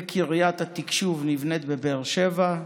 קריית התקשוב נבנית בבאר שבע,